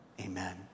amen